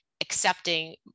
accepting